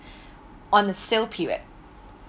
on the sale period